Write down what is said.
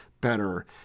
better